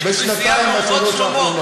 יש כנסיית "אורוות שלמה".